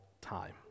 time